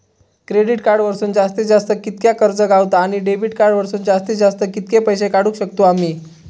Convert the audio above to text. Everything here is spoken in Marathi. क्रेडिट कार्ड वरसून जास्तीत जास्त कितक्या कर्ज गावता, आणि डेबिट कार्ड वरसून जास्तीत जास्त कितके पैसे काढुक शकतू आम्ही?